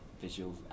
visual